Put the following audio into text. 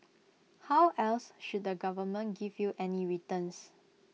how else should the government give you any returns